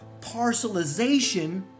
parcelization